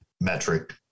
metric